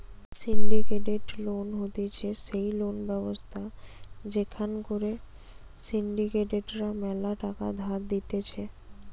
syndicated loan হতিছে সেই loan ব্যবস্থা যেখান করে সিন্ডিকেট রা ম্যালা টাকা ধার দিতেছে